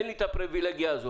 אין לי את הפריבילגיה הזו.